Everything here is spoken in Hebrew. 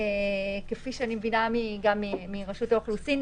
כפי שאני מבינה מרשות האוכלוסין,